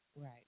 Right